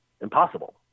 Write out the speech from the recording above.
impossible